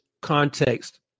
context